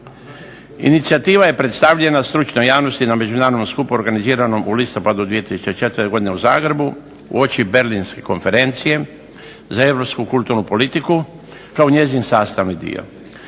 Inicijativa je predstavljena stručnoj javnosti na međunarodnom skupu organiziranom u listopadu 2004. godine u Zagrebu uoči berlinske konferencije za europsku kulturnu politiku, kao njezin sastavni dio.